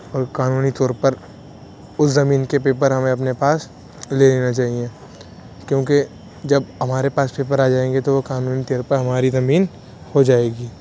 اور قانونی طور پر اس زمین کے پیپر ہمیں اپنے پاس لے لینا چاہیے کیونکہ جب ہمارے پاس پیپر آ جائیں گے تو وہ قانونی طور پہ ہماری زمین ہو جائے گی